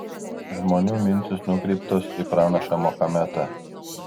žmonių mintys nukreiptos į pranašą mahometą